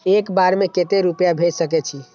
एक बार में केते रूपया भेज सके छी?